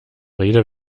rede